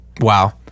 Wow